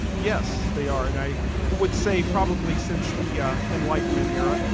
yes, they are. and i would say probably since the ah enlightenment era,